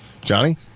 Johnny